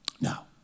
Now